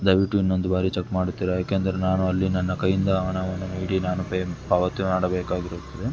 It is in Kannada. ದಯವಿಟ್ಟು ಇನ್ನೊಂದು ಬಾರಿ ಚಕ್ ಮಾಡುತ್ತೀರಾ ಏಕೆಂದರೆ ನಾನು ಅಲ್ಲಿ ನನ್ನ ಕೈಯಿಂದ ಹಣವನ್ನು ನೀಡಿ ನಾನು ಪೇ ಪಾವತಿ ಮಾಡಬೇಕಾಗಿರುತ್ತದೆ